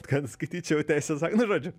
kad skaityčiau teisės a nu žodžiu